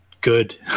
good